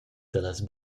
dallas